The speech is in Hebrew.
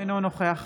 אינו נוכח